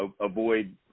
avoid